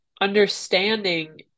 understanding